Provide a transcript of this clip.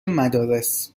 مدارس